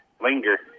linger